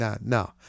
no